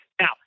Now